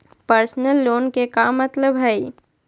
Personal loan के का मतलब हई?